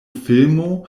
filmo